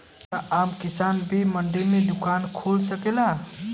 का आम किसान भी मंडी में दुकान खोल सकेला?